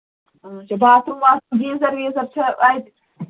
آچھا باتھ room واتھ room geyser ویٖزر چھےٚ اَتہِ